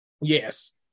Yes